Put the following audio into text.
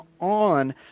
on